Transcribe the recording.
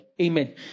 Amen